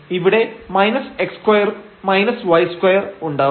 ഇവിടെ x2 y2 ഉണ്ടാവും